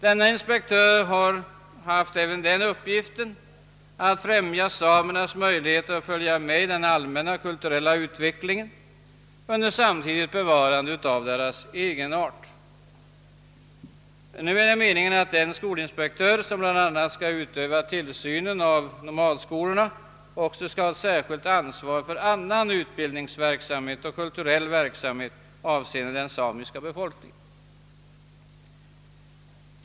Denne inspektör har nämligen även haft till uppgift att främja samernas möjligheter att följa med i den allmänna kulturella utvecklingen under samtidigt bevarande av sin egenart. Nu är det meningen att den skolinspektör som bl.a. skall utöva tillsynen över nomadskolorna också skall ha ett särskilt ansvar för annan utbildningsverksamhet och = kulturell verksamhet avseende den samiska befolkningen.